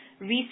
research